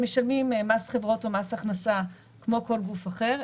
הם משלמים מס חברות או מס הכנסה כמו כל גוף אחר,